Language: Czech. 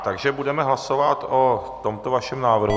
Takže budeme hlasovat o tomto vašem návrhu.